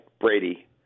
Brady